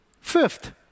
Fifth